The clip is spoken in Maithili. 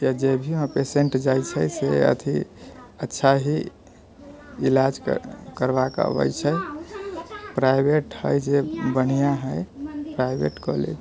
या जे भी पेशेन्ट जाइ छै अथी अच्छा ही इलाज करबाके आबै छे प्राइवेट हइ जे बढ़िआँ हइ प्राइवेट कॉलेज